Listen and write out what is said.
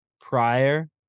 prior